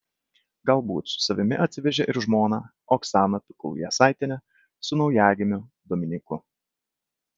galbūt su savimi atsivežė ir žmoną oksaną pikul jasaitienę su naujagimiu dominyku